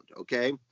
okay